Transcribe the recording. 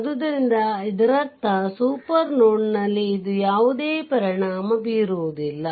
ಆದ್ದರಿಂದ ಇದರರ್ಥ ಸೂಪರ್ ನೋಡ್ನಲ್ಲಿ ಇದು ಯಾವುದೇ ಪರಿಣಾಮ ಬೀರುವುದಿಲ್ಲ